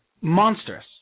monstrous